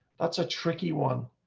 that's a tricky one.